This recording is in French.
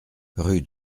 rue